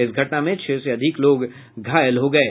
इस घटना में छह से अधिक लोग घायल हो गये